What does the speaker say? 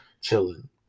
Chilling